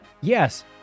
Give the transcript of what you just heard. yes